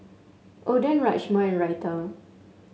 Oden Rajma and Raita